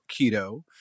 keto